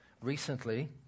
recently